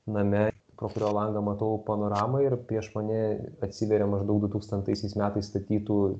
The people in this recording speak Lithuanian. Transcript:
name pro kurio langą matau panoramą ir prieš mane atsiveria maždaug dutūkstantaisiais metais statytų